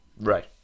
Right